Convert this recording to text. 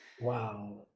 Wow